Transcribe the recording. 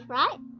right